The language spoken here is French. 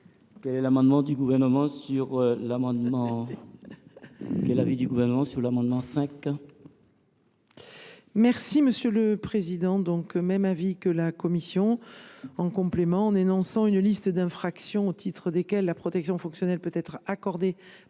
Quel est l’avis du Gouvernement sur l’amendement n°